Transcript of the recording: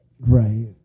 right